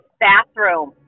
bathroom